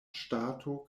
ŝtato